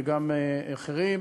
וגם אחרים,